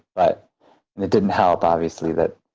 but and it didn't help, obviously, that